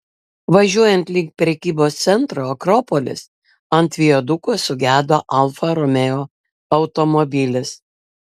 važiuojant link prekybos centro akropolis ant viaduko sugedo alfa romeo automobilis